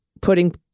putting